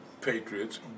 Patriots